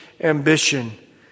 ambition